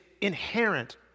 inherent